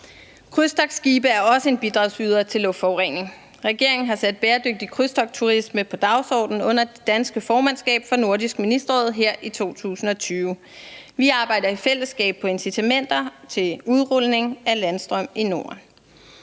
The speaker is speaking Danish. Krydstogtskibe er også en bidragsyder til luftforurening. Regeringen har sat bæredygtig krydstogtturisme på dagsordenen under det danske formandskab for Nordisk Ministerråd her i 2020. Vi arbejder i fællesskab på incitamenter til udrulning af landstrøm i Norden.